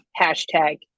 Hashtag